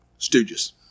Stooges